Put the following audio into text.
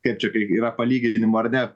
kaip čia kai yra palyginimų ar ne